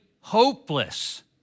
hopeless